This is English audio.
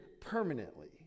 permanently